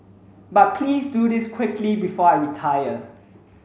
but please do this quickly before I retire